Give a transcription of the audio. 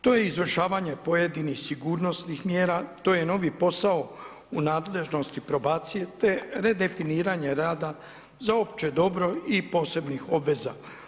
To je izvršavanje pojedinih sigurnosnih mjera, to je novi posao u nadležnosti probacije te redefiniranje rada za opće dobro i posebnih obveza.